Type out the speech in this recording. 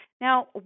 Now